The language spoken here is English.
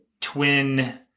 twin